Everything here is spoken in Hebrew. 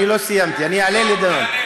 אני לא סיימתי, אני אעלה לדבר.